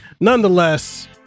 nonetheless